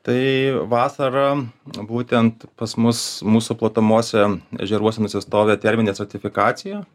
tai vasarą būtent pas mus mūsų platumose ežeruose nusistovi terminė stratifikacija